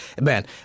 Man